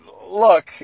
Look